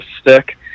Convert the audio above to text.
stick